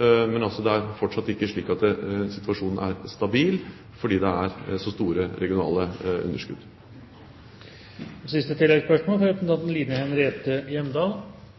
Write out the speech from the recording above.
men det er fortsatt ikke slik at situasjonen er stabil, fordi det er så store regionale underskudd. Line Henriette Hjemdal – til siste